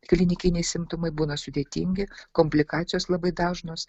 klinikiniai simptomai būna sudėtingi komplikacijos labai dažnos